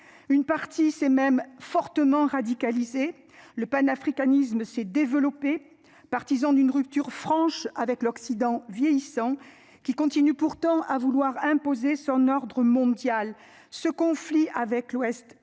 une partie c'est même fortement radicalisés le panafricanisme s'est développée, partisan d'une rupture franche avec l'Occident vieillissant qui continue pourtant à vouloir imposer son ordre mondial ce conflit avec l'Ouest permet